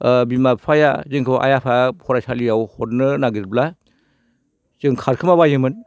बिमा बिफाया जोंखौ आइ आफाया फरायसालियाव हरनो नागिरोब्ला जों खारखोमाबायोमोन